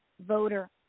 voter